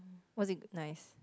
what's it nice